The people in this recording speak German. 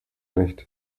nicht